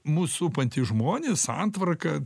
mus supantys žmonės santvarka